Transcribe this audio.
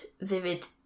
vivid